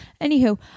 Anywho